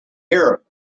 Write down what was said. arab